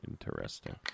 interesting